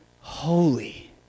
holy